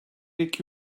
iki